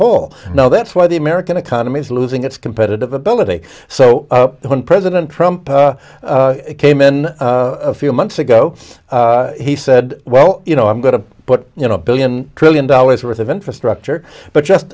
whole now that's why the american economy is losing its competitive ability so when president trump came in a few months ago he said well you know i'm going to but you know a billion trillion dollars worth of infrastructure but just